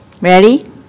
Ready